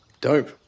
Dope